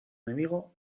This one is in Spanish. enemigo